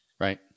right